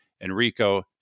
Enrico